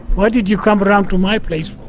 what did you come but around to my place